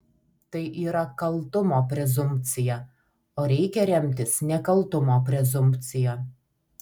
tai yra kaltumo prezumpcija o reikia remtis nekaltumo prezumpcija